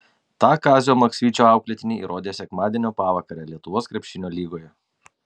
tą kazio maksvyčio auklėtiniai įrodė sekmadienio pavakarę lietuvos krepšinio lygoje